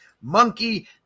Monkey